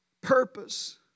purpose